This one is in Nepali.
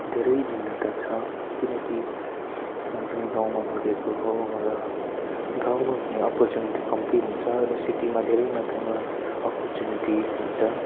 धेरै भिन्नता छ किनकि हामी पनि गाउँमा हुर्किएको हौँ र गाउँमा भने अपर्चुनिटी कम्ती हुन्छ र सिटीमा धेरै मात्रामा अपर्चुनिटी हुन्छ